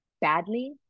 badly